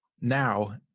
now